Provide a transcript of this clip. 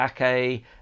Ake